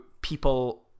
people